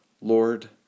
Lord